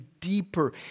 deeper